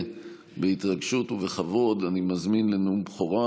בהתרגשות ובכבוד אני מזמין לנאום בכורה